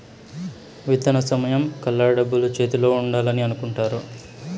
విత్తన సమయం కల్లా డబ్బులు చేతిలో ఉండాలని అనుకుంటారు